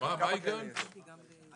מה ההיגיון פה?